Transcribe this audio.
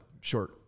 short